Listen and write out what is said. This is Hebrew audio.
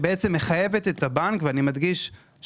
ומחייבת את הבנק רק בזרם,